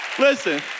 Listen